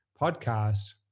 podcast